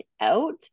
out